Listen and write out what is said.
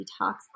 detox